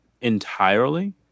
entirely